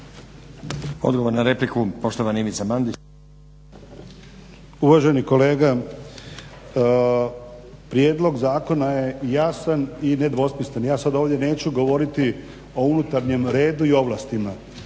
Odgovor na repliku poštovani Ivica Mandić. **Mandić, Ivica (HNS)** Uvaženi kolega prijedlog zakona je jasan i nedvosmislen. Ja sada ovdje neću govoriti o unutarnjem redu i ovlastima